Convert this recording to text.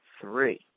three